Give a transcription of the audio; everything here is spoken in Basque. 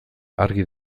argi